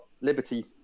Liberty